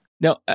No